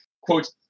quote